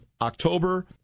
October